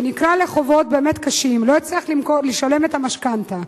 שנקלע לחובות באמת קשים ולא הצליח לשלם את המשכנתה,